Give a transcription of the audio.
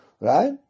right